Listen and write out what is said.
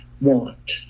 want